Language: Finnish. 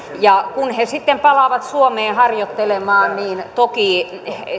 ja kun he sitten palaavat suomeen harjoittelemaan niin toki